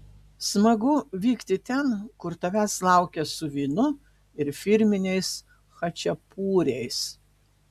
smagu vykti ten kur tavęs laukia su vynu ir firminiais chačiapuriais